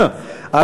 נתקבל.